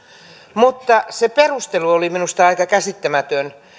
mutta se perustelu oli minusta aika käsittämätön